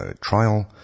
trial